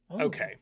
okay